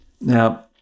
now